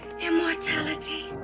immortality